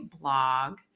blog